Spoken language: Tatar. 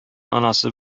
анасы